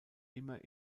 immer